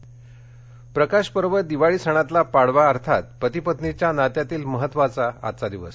दिवाळी पाडवा प्रकाशपर्व दिवाळी सणातला पाडवा अर्थात पतीपत्नीच्या नात्यातील महत्वाचा आजचा दिवस